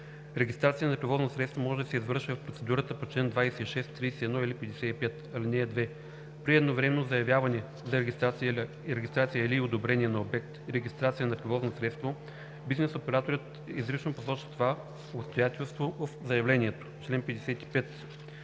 Регистрация на превозно средство може да се извърши в процедурата по чл. 26, 31 или 55. (2) При едновременно заявяване на регистрация или одобрение на обект и регистрация на превозно средство бизнес операторът изрично посочва това обстоятелство в заявлението.“